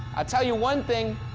i'll tell you one thing